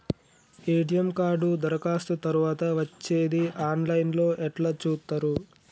ATM card దరఖాస్తు తరువాత వచ్చేది ఆన్ లైన్ లో ఎట్ల చూత్తరు?